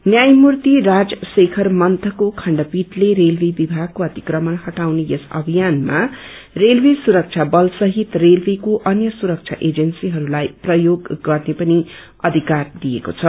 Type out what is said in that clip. न्यायमूर्ति राजशेखर मन्थक्रो खण्डपीठले रेलवे विभागको अतिक्रमण हटाउने यस अभियानमा रेलवे सुरक्षा बल सहित रेलवेको अन्य सुरक्षा एजेन्सीहरूलाई प्रयोग गर्ने पनि अधिकार दिएको छ